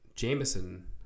Jameson